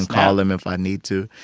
and call him if i need to.